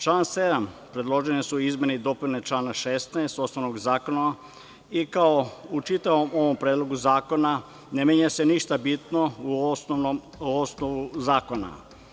Članom 7. predložene su izmene i dopune člana 16. osnovnog zakona i kao u čitavom ovom predlogu zakona ne menja se ništa bitno u osnovnom zakonu.